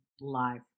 live